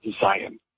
Zion